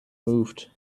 moved